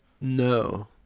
No